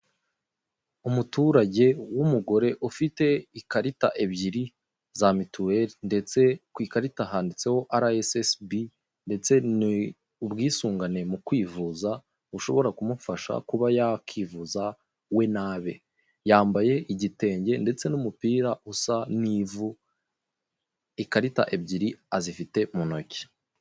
Umuturage w'umugore ufite ikarita ebyiri za Mutuelle ndetse ku ikarita handitseho RSSB ndetse ni ubwisungane mu kwivuza bushobora kumufasha kuba yakivuza we nabe, yambaye igitenge ndetse n'umupira usa n'ivu ikarita ebyiri azifite mu ntoki.